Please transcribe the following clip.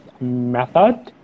method